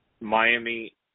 Miami –